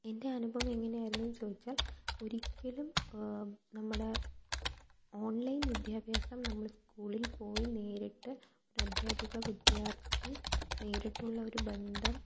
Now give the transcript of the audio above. എന്റെ അനുഭവം എങ്ങനെയായിരുന്നു എന്ന് ചോദിച്ചാല് ഒരിക്കലും നമ്മുടെ ഓണ്ലൈന് വിദ്യാഭ്യാസം നമ്മൾ സ്കൂളില് പോയി നേരിട്ട് ഒരു അദ്ധ്യാപിക വിദ്യാര്ത്ഥി നേരിട്ടുള്ള ഒരു ബന്ധം